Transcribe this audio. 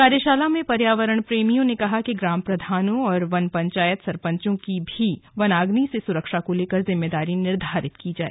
कार्यशाला में पर्यावरणप्रेमियों ने कहा कि ग्राम प्रधानों और वन पंचायत सरपंचों की भी वनाग्नि से सुरक्षा को लेकर जिम्मेदारी निर्धारित की जाए